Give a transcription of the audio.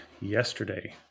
yesterday